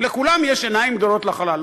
לכולם יש עיניים גדולות לחלל.